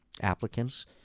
applicants